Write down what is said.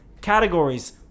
categories